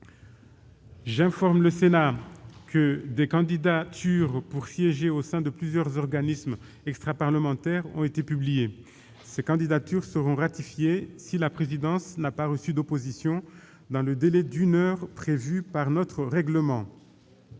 J'informe le Sénat que des candidatures pour siéger au sein de plusieurs organismes extraparlementaires ont été publiées. Ces candidatures seront ratifiées si la présidence n'a pas reçu d'opposition dans le délai d'une heure prévu par notre règlement.